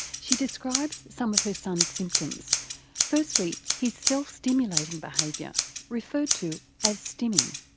she describes some of her son's symptoms firstly his self stimulating behaviour referred to as stimming.